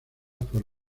por